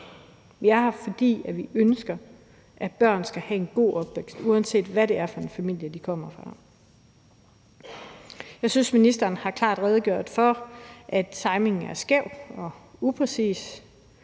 Vi er her, fordi vi ønsker, at børn skal have en god opvækst, uanset hvad det er for en familie, de kommer fra. Jeg synes, ministeren klart har redegjort for, at timingen er skæv og upræcis,